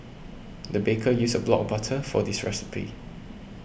the baker used a block of butter for this recipe